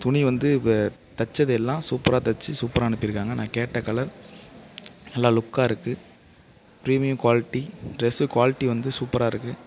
துணி அந்த தைச்சது எல்லாம் சூப்பராக தைச்சு சூப்பராக அனுப்பியிருக்காங்க நான் கேட்ட கலர் நல்லா லுக்காக இருக்குது ப்ரீமியம் குவாலிட்டி ட்ரெஸ்ஸு குவாலிட்டி வந்து சூப்பராக இருக்குது